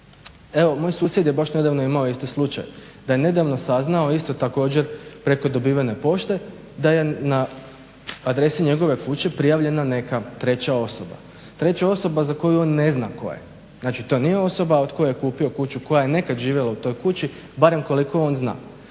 Evo, moj susjed je baš nedavno imao isti slučaj da je nedavno saznao, isto također preko dobivene pošte, da je na adresi njegove kuće prijavljena neka treća osoba. Treća osoba za koju on ne zna tko je. Znači to nije osoba od koje je kupio kuću koja je nekad živjela u toj kući, barem koliko on zna.